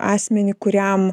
asmenį kuriam